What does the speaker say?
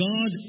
God